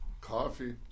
Coffee